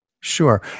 Sure